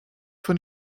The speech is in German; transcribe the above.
von